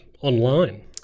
online